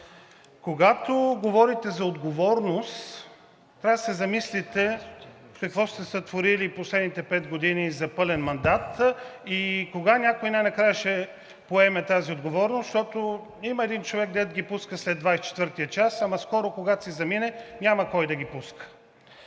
Когато говорите за отговорност, трябва да се замислите какво сте сътворили в последните пет години за пълен мандат и кога някой най-накрая ще поеме тази отговорност, защото има един човек, дето ги пуска след 24-тия час, ама скоро, когато си замине, няма кой да ги пуска.